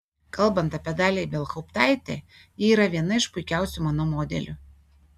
kalbant apie dalią ibelhauptaitę ji yra viena iš puikiausių mano modelių